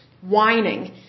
whining